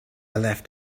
left